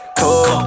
cool